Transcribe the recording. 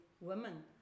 women